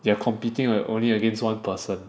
they are competing with only against one person